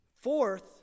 Fourth